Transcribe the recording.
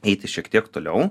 eiti šiek tiek toliau